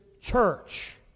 church